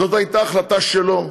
זאת הייתה החלטה שלו,